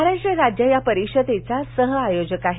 महाराष्ट्र राज्य या परिषदेचा सह आयोजक आहे